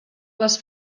les